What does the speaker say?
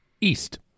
East